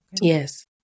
Yes